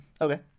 Okay